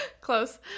Close